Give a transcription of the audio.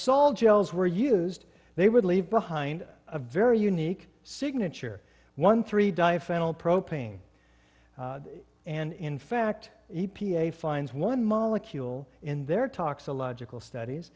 sol gels were used they would leave behind a very unique signature one three die final propane and in fact e p a finds one molecule in their talks a logical studies